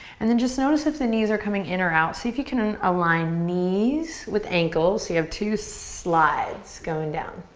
and then just notice if the knees are coming in or out. see if you can align knees with ankles, so you have two slides going down.